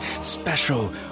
special